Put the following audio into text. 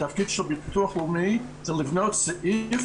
התפקיד של הביטוח הלאומי הוא לבנות סעיף